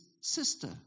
sister